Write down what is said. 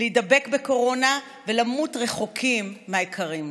להידבק בקורונה ולמות רחוקים מהיקרים להם.